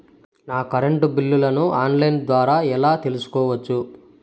నా కరెంటు బిల్లులను online ద్వారా ఎలా తెలుసుకోవచ్చు?